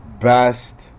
best